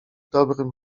dobrym